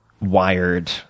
wired